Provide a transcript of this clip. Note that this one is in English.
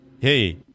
Hey